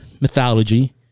mythology